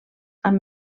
amb